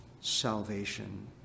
salvation